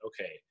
okay